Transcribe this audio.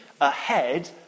ahead